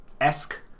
esque